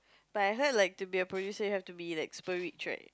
but I heard like to be a producer you have to be like super rich right